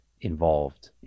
involved